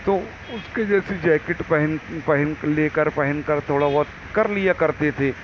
تو اس کے جیسی جیکٹ پہن پہن لے کر پہن کر تھوڑا بہت کر لیا کرتے تھے